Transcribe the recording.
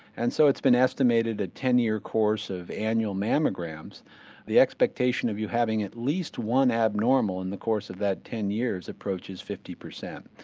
and so it's been estimated that ah ten year course of annual mammograms the expectation of you having at least one abnormal in the course of that ten years approaches fifty percent.